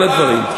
כל הדברים,